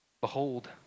Behold